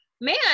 Man